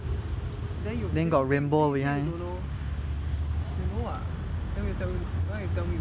then you then you say then you say you don't know you know [what]